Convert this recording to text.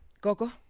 Gogo